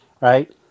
right